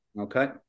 Okay